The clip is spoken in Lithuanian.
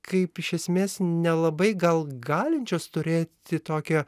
kaip iš esmės nelabai gal galinčias turėti tokią